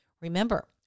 Remember